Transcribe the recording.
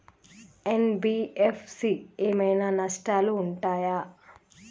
NBFC ఏమైనా నష్టాలు ఉంటయా?